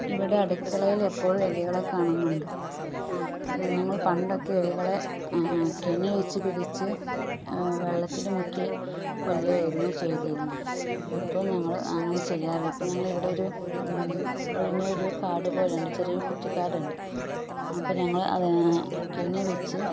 ഇവിടെ അടുക്കളയിൽ എപ്പോഴും എലികളെ കാണുന്നുണ്ട് ഞങ്ങൾ പണ്ടൊക്കെ എലികളെ കെണിവെച്ച് പിടിച്ച് വെള്ളത്തിൽ മുക്കി കൊല്ലുമായിരുന്നു ചെയ്തിരുന്നത് ഇപ്പോൾ ഞങ്ങൾ അങ്ങനെ ചെയ്യാറില്ല ഇപ്പം ഞങ്ങളെ ഇവിടൊരു ഒഴിഞ്ഞ ഒരുകാട് പോലെയുണ്ട് ചെറിയ ഒരു കുറ്റിക്കാടുണ്ട് അപ്പം ഞങ്ങൾ കെണി വെച്ച്